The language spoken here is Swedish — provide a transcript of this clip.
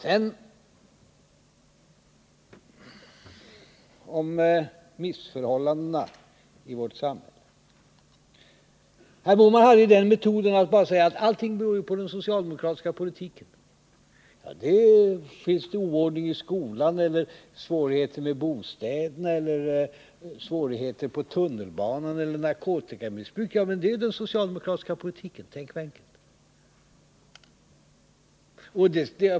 När det gäller missförhållandena i vårt samhälle använder herr Bohman metoden att skylla allt på den socialdemokratiska politiken. Finns det oordning i skolan, svårigheter med bostäderna, problem på tunnelbanan eller narkotikamissbruk, så beror det på den socialdemokratiska politiken — tänk vad enkelt.